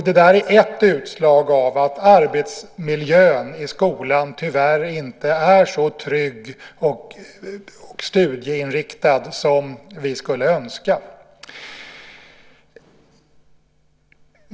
Detta är ett utslag av att arbetsmiljön i skolan tyvärr inte är så trygg och studieinriktad som vi skulle önska.